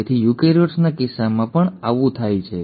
તેથી યુકેરીયોટ્સના કિસ્સામાં પણ આવું થાય છે